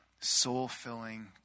soul-filling